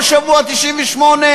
כל שבוע 98?